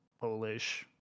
Polish